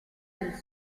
del